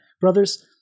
brothers